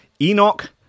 Enoch